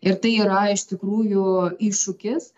ir tai yra iš tikrųjų iššūkis